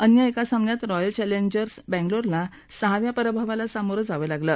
अन्य एका सामन्यात रॉयल चॅलेंजर्स बंगलोरला सहाव्या पराभवाला सामोरं जावं लागलं